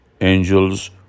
angels